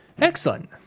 Excellent